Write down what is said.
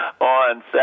on